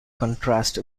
contrast